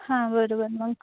हां बरोबर मग